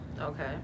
Okay